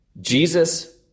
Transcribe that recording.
Jesus